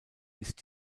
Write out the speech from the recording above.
ist